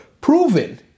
proven